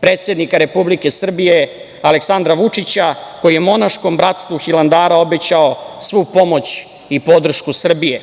predsednika Republike Srbije, Aleksandra Vučića, koji je monaškom bratstvu Hilandara obećao svu pomoć i podršku Srbije.